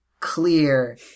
clear